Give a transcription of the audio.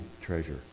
treasure